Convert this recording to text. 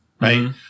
right